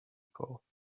cough